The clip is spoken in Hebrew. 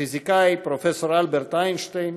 הפיזיקאי פרופסור אלברט איינשטיין,